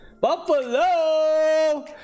Buffalo